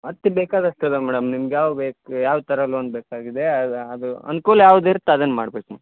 ಮತ್ತು ಬೇಕಾದಷ್ಟು ಅದಾವ್ ಮೇಡಮ್ ನಿಮ್ಗ ಯಾವ ಬೇಕು ಯಾವ ಥರ ಲೋನ್ ಬೇಕಾಗಿದೇ ಅದು ಅದು ಅನುಕೂಲ ಯಾವ್ದ ಇರತ್ತೆ ಅದನ್ನ ಮಾಡ್ಬೇಕು ಮ